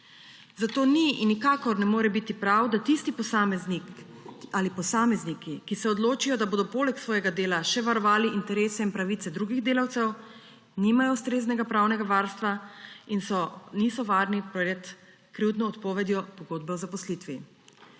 Zato ni in nikakor ne more biti prav, da tisti posameznik ali posamezniki, ki se odločijo, da bodo poleg svojega dela še varovali interese in pravice drugih delavcev, nimajo ustreznega pravnega varstva in niso varni pred krivdno odpovedjo pogodbe o zaposlitvi.